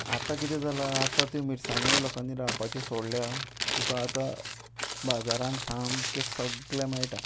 आतां कितें जाला आतां त्यो मिरसांगोय लोकांनी रावपाचें सोडल्या तुका आतां बाजारान सामके सगळें मेळटा